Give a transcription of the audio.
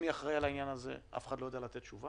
זה פשוט לא יכול לעבוד ככה.